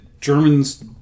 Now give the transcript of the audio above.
Germans